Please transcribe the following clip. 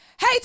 Hey